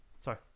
Sorry